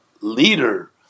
leader